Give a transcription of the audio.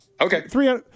Okay